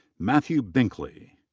matthew binkley.